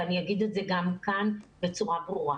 ואני אגיד את זה גם כאן בצורה ברורה,